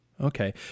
Okay